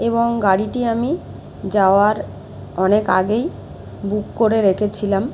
এবং গাড়িটি আমি যাওয়ার অনেক আগেই বুক করে রেখেছিলাম